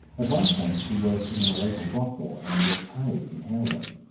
at one point she worked in an illegal brothel and was paid in heroin.